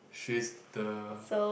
she's the